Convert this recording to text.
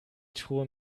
truhe